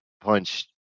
punched